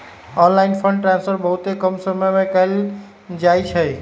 online fund transfer बहुते कम समय में कएल जाइ छइ